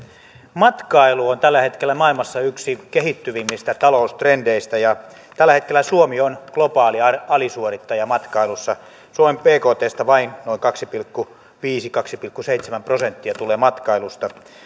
matkailu on tällä hetkellä maailmassa yksi kehittyvimmistä taloustrendeistä ja tällä hetkellä suomi on globaali alisuorittaja matkailussa suomen bktstä vain noin kaksi pilkku viisi viiva kaksi pilkku seitsemän prosenttia tulee matkailusta